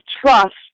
trust